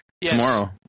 tomorrow